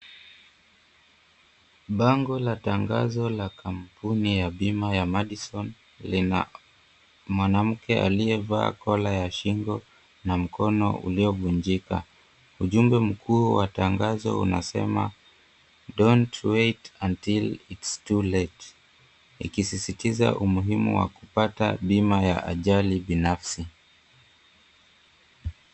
Bango la tangazo la kampuni ya bima ya Madison lina mwanamke aliyevaa kola ya shingo na mkono uliovunjika. Ujumbe mkuu wa tangazo unasema Don't wait until it's too late ikisisitiza umuhimu wa kupata bima ya ajali binafsi.